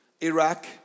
Iraq